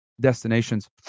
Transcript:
destinations